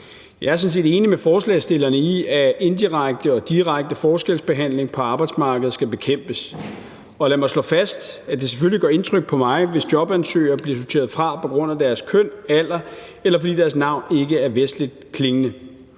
Jeg er sådan set enig med forslagsstillerne i, at indirekte og direkte forskelsbehandling på arbejdsmarkedet skal bekæmpes, og lad mig slå fast, at det selvfølgelig gør indtryk på mig, hvis jobansøgere bliver sorteret fra på grund af enten deres køn eller alder, eller fordi deres navn ikke er vestligt klingende.